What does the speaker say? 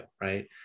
right